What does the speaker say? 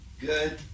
Good